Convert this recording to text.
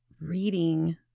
reading